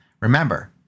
Remember